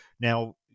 Now